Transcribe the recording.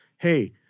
Hey